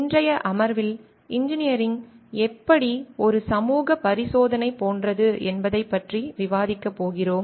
இன்றைய அமர்வில் இன்ஜினியரிங் எப்படி ஒரு சமூகப் பரிசோதனை போன்றது என்பதைப் பற்றி விவாதிக்கப் போகிறோம்